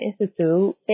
Institute